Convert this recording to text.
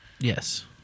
Yes